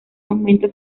aumento